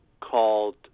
called